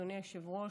אדוני היושב-ראש,